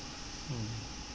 mm